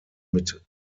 mit